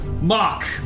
Mock